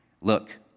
Look